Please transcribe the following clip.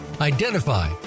identify